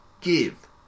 give